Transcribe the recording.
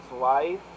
life